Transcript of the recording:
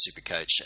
Supercoach